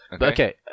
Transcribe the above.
Okay